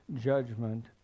judgment